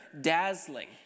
dazzling